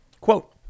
Quote